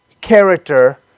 character